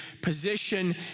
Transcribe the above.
position